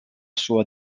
sua